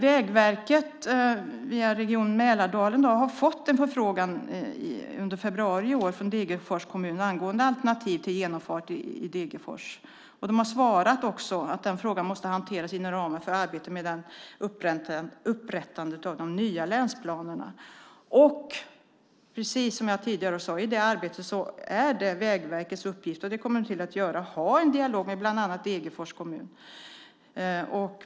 Vägverket fick i februari i år via Region Mälardalen en förfrågan från Degerfors kommun angående alternativ till genomfart i Degerfors. De har svarat att frågan måste hanteras inom ramen för arbetet med upprättandet av de nya länsplanerna. Som jag sade tidigare är det Vägverkets uppgift, och de kommer att ha en dialog med bland annat Degerfors kommun.